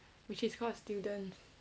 which is called student